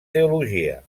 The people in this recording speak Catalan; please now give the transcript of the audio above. teologia